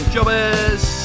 Jobbers